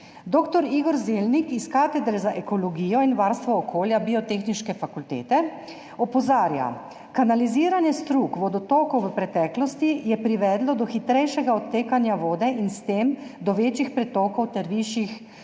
Dr. Igor Zelnik s Katedre za ekologijo in varstvo okolja Biotehniške fakultete opozarja: »Kanaliziranje strug vodotokov v preteklosti je privedlo do hitrejšega odtekanja vode in s tem do večjih pretokov ter višjih